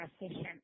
efficient